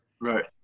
Right